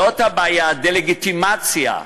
זאת הבעיה, הדה-לגיטימציה.